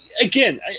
again